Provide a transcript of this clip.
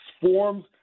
forms